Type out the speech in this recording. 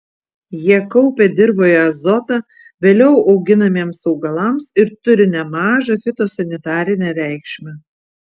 jie kaupia dirvoje azotą vėliau auginamiems augalams ir turi nemažą fitosanitarinę reikšmę